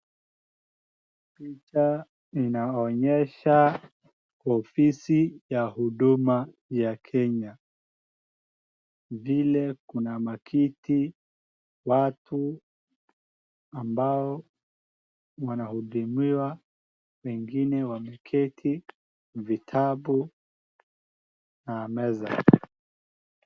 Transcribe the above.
Picha inaonyesha ofisi ya huduma ya Kenya, vile kuna makiti, watu ambao wanahudumiwa, wengine wameketi, vitabu na meza.